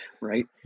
right